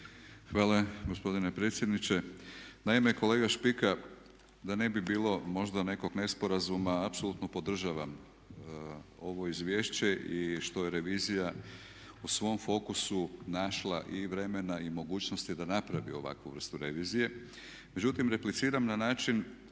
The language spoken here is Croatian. Hvala gospodine predsjedniče. Naime kolega Špika, da ne bi bilo možda nekog nesporazuma, apsolutno podržavam ovo izvješće i što je revizija u svom fokusu našla i vremena i mogućnosti da napravi ovakvu vrstu revizije. Međutim, repliciram na način